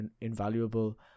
invaluable